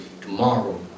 tomorrow